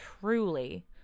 truly